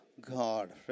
God